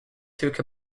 took